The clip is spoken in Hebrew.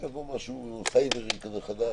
יבוא משהו סייברי כזה חדש...